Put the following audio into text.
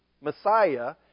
Messiah